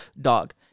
dog